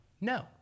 No